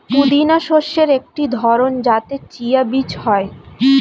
পুদিনা শস্যের একটি ধরন যাতে চিয়া বীজ হয়